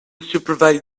supervise